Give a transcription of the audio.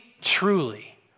truly